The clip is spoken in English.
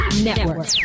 Network